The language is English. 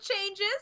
changes